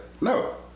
No